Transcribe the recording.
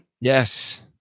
Yes